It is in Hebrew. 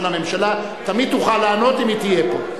הממשלה כמובן תמיד תוכל לענות, אם היא תהיה פה.